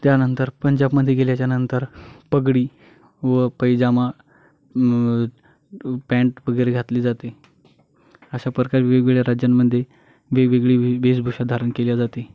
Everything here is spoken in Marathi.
त्यानंतर पंजाबमध्ये गेल्याच्या नंतर पगडी व पायजमा पँट वगैरे घातली जाते अशा प्रकारे वेगवेगळ्या राज्यांमध्ये वेगवेगळी वे बेशभूषा धारण केल्या जाते